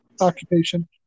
Occupation